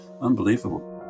Unbelievable